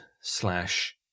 slash